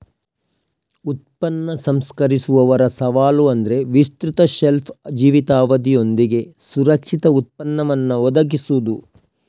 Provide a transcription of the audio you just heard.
ಉತ್ಪನ್ನ ಸಂಸ್ಕರಿಸುವವರ ಸವಾಲು ಅಂದ್ರೆ ವಿಸ್ತೃತ ಶೆಲ್ಫ್ ಜೀವಿತಾವಧಿಯೊಂದಿಗೆ ಸುರಕ್ಷಿತ ಉತ್ಪನ್ನವನ್ನ ಒದಗಿಸುದು